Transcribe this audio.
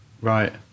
Right